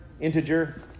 integer